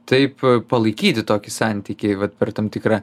taip palaikyti tokį santykį vat per tam tikrą